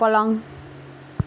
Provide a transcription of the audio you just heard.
पलङ